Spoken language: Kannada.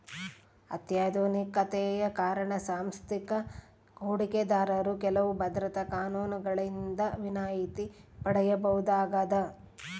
ಅತ್ಯಾಧುನಿಕತೆಯ ಕಾರಣ ಸಾಂಸ್ಥಿಕ ಹೂಡಿಕೆದಾರರು ಕೆಲವು ಭದ್ರತಾ ಕಾನೂನುಗಳಿಂದ ವಿನಾಯಿತಿ ಪಡೆಯಬಹುದಾಗದ